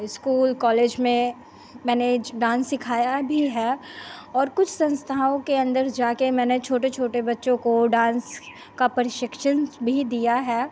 school college में मैंने dance सिखाया भी है और कुछ सँस्थाओं के अन्दर जाकर मैंने छोटे छोटे बच्चों को डान्स का प्रशिक्षण भी दिया है